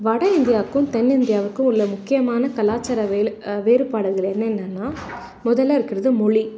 வட இந்தியாவுக்கும் தென்னிந்தியாவுக்கும் உள்ள முக்கியமான கலாச்சார வேல வேறுபாடுகள் என்னென்னா முதல்ல இருக்கிறது மொழி